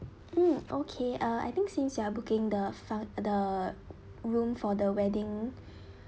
mm okay uh I think since you are booking the func~ the room for the wedding